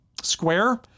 square